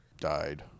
died